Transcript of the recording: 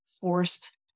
forced